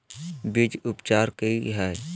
बीज उपचार कि हैय?